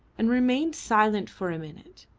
and remained silent for a minute.